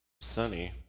Sunny